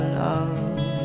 love